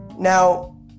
Now